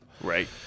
Right